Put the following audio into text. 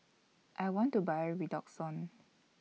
I want to Buy Redoxon